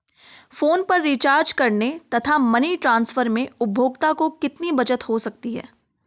Phone पर recharge करने तथा मनी ट्रांसफर में उपभोक्ता को कितनी बचत हो सकती है?